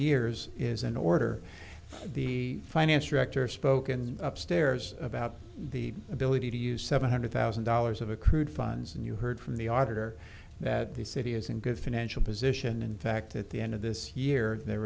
years is an order the finance director spoken upstairs about the ability to use seven hundred thousand dollars of accrued funds and you heard from the auditor that the city is in good financial position in fact at the end of this year there